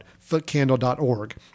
FootCandle.org